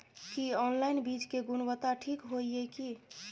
की online बीज के गुणवत्ता ठीक होय ये की?